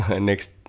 next